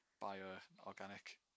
bio-organic